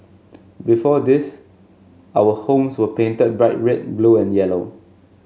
before this our homes were painted bright red blue and yellow